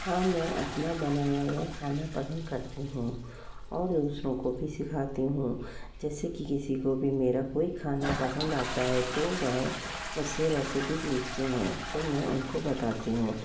हाँ मैं अपना बनाया हुआ खाना पसंद करती हूँ और दूसरों को भी सिखाती हूँ जैसे किसी को भी मेरा कोई खाना पसंद आता है तो वह मुझसे रेसिपी पूछते हैं तो मैं उनको बताती हूँ